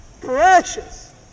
precious